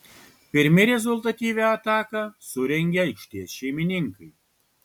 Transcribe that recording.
pirmi rezultatyvią ataką surengė aikštės šeimininkai